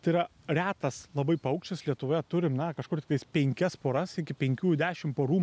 tai yra retas labai paukštis lietuvoje turim na kažkur tiktais penkias poras iki penkių dešimt porų